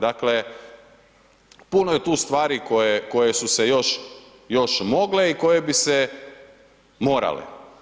Dakle, puno je tu stvari koje, koje su se još mogle i koje bi se morale.